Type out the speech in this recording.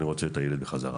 אני רוצה את הילד בחזרה.